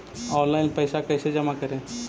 Online पैसा कैसे जमा करे?